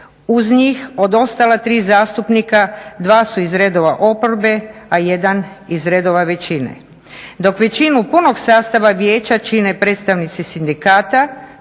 uz njih od ostala tri zastupnika dva su iz redova oporbe, a jedan iz redova većine. Dok većinu punog sastava vijeća čine predstavnici sindikata,